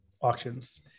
auctions